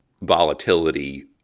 volatility